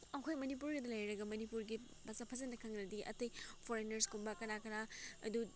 ꯑꯩꯈꯣꯏ ꯃꯅꯤꯄꯨꯔꯗ ꯂꯩꯔꯒ ꯃꯅꯤꯄꯨꯔꯒꯤ ꯐꯖ ꯐꯖꯅ ꯈꯪꯂꯗꯤ ꯑꯇꯩ ꯐꯣꯔꯦꯅꯔꯁꯀꯨꯝꯕ ꯀꯅꯥ ꯀꯥꯅ ꯑꯗꯨ